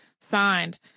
signed